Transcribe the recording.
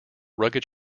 rugged